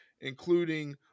including